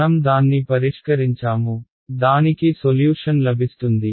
మనం దాన్ని పరిష్కరించాము దానికి సొల్యూషన్ లభిస్తుంది